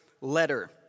letter